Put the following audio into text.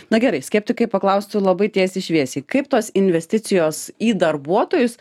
na gerai skeptikai paklaustų labai tiesiai šviesiai kaip tos investicijos į darbuotojus